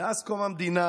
מאז קום המדינה,